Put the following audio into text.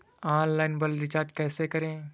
Online mobile recharge कैसे करें?